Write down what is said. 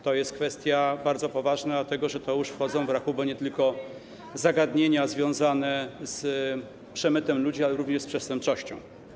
To jest kwestia bardzo poważna, dlatego że wchodzą w rachubę już nie tylko zagadnienia związane z przemytem ludzi, ale również z przestępczością.